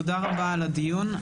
תודה רבה על הדיון.